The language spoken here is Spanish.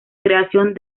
creación